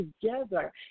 together